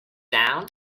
down